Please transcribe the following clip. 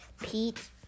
Pete